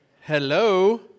hello